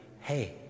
hey